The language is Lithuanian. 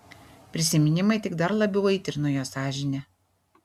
prisiminimai tik dar labiau aitrino jo sąžinę